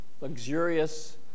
luxurious